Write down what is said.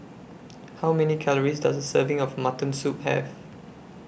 How Many Calories Does A Serving of Mutton Soup Have